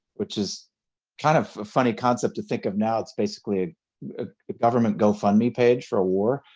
which is kind of a funny concept to think of now. it's basically a government gofundme page for a war.